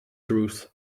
truth